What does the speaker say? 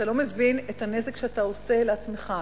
אתה לא מבין את הנזק שאתה עושה לעצמך.